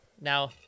now